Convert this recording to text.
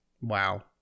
wow